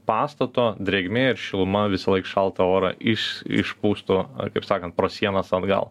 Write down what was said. pastato drėgmė ir šiluma visąlaik šaltą orą iš išpūstų ar kaip sakant pro sienas atgal